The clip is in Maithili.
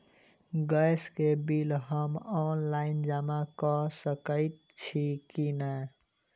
गैस केँ बिल हम ऑनलाइन जमा कऽ सकैत छी की नै?